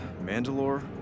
Mandalore